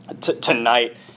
tonight